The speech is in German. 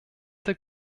der